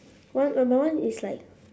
one but my one is like